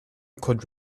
could